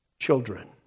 Children